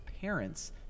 parents